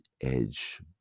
edge